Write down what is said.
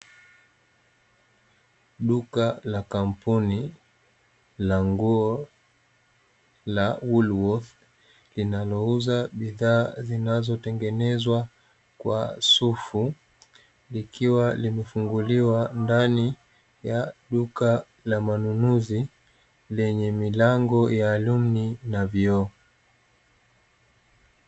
Duka la kampuni na nguo la ''WOOLWOTHS'' inayouza bidhaa zinazotengenezwa kwa sufu likiwa limefunguliwa ndani ya duka la manunuzi lenye milango ya alumni na vioo.